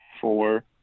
four